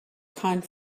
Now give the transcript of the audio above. can’t